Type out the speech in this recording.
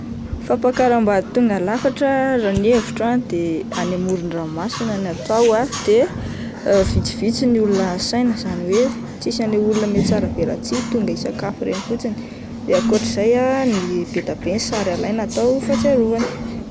Fampakaram-bady tonga lafatra raha ny hevitro ah de any amoron-dranomasina no atao ah de vitsivitsy ny olona asaina izany hoe tsisy an'ilay olona miatsaravelatsihy tonga isakafo reny fotsiny de akotran'izay ah ny be dia be ny sary alaina atao fahatsiarovana.